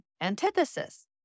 antithesis